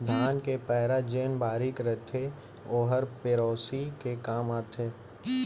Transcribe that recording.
धान के पैरा जेन बारीक रथे ओहर पेरौसी के काम आथे